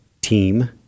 team